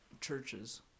churches